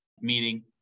meaning